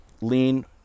lean